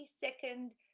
second